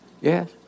yes